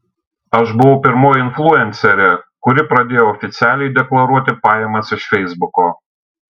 aš buvau pirmoji influencerė kuri pradėjo oficialiai deklaruoti pajamas iš feisbuko